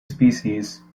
species